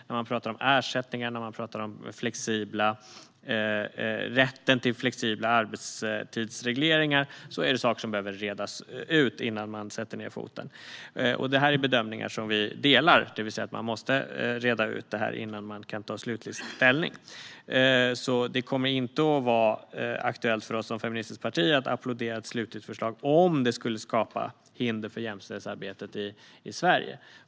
När man talar om ersättningar och om rätten till flexibla arbetstidsregleringar är det frågor som behöver redas ut innan man sätter ned foten. Det är bedömningar vi håller med om, det vill säga att man måste reda ut detta innan man kan ta slutlig ställning. Det kommer alltså inte att vara aktuellt för oss som feministiskt parti att applådera ett slutligt förslag om det skulle skapa hinder för jämställdhetsarbetet i Sverige.